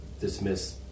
dismiss